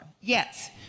Yes